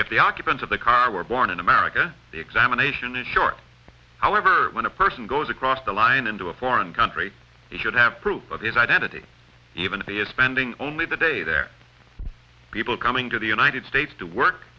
if the occupants of the car were born in america the examination is short however when a person goes across the line into a foreign country he should have proof of his identity even if he is spending only the day there people coming to the united states to work